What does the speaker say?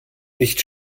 nicht